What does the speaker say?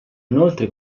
inoltre